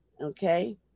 okay